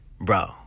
bro